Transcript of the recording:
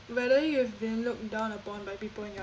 whether you have been looked down upon by people in your